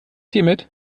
hiermit